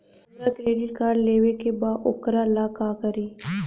हमरा credit card लेवे के बा वोकरा ला का करी?